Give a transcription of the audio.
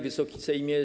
Wysoki Sejmie!